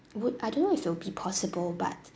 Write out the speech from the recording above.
would I don't know if it'll be possible but